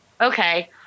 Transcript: okay